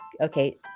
Okay